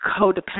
codependent